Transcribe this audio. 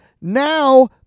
Now